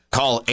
Call